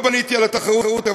לא בניתי על התחרות,